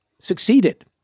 succeeded